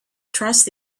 trust